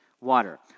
water